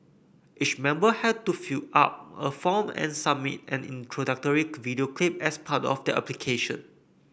each member had to fill out a form and submit an introductory video clip as part of their application